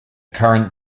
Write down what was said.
current